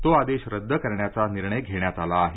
तो आदेश रद्द करण्याचा निर्णय घेण्यात आला आहे